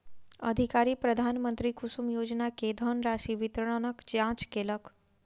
अधिकारी प्रधानमंत्री कुसुम योजना के धनराशि वितरणक जांच केलक